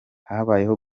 habayeho